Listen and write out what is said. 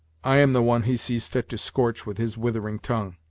i am the one he sees fit to scorch with his withering tongue!